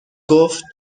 گفتخوب